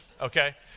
Okay